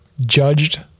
judged